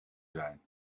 zijn